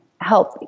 help